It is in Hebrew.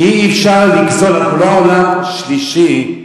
אי-אפשר לגזול, אנחנו לא עולם שלישי,